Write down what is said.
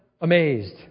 amazed